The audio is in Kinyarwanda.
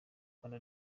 rwanda